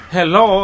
Hello